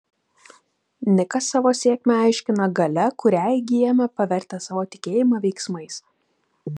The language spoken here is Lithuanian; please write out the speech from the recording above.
nikas savo sėkmę aiškina galia kurią įgyjame pavertę savo tikėjimą veiksmais